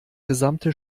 gesamte